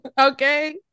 Okay